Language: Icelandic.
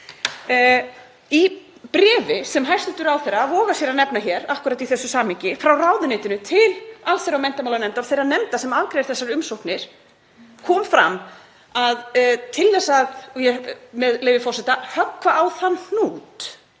Í bréfi sem hæstv. ráðherra vogar sér að nefna hér akkúrat í þessu samhengi, frá ráðuneytinu til allsherjar- og menntamálanefndar og þeirra nefnda sem afgreiða þessar umsóknir, kom fram að til þess að, með leyfi forseta, „höggva á þann hnút“